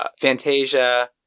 fantasia